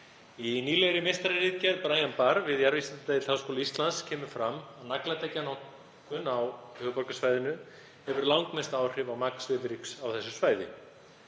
Í nýlegri meistararitgerð Brians Barrs við jarðvísindadeild Háskóla Íslands kemur fram að nagladekkjanotkun á höfuðborgarsvæðinu hefur langmest áhrif á magn svifryks á þessu svæði.